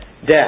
death